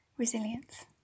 Resilience